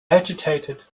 agitated